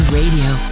Radio